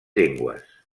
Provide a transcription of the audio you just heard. llengües